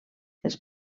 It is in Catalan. els